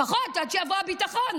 לפחות עד שיבוא הביטחון,